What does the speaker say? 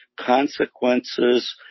consequences